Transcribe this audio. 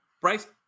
Bryce